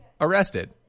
arrested